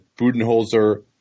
Budenholzer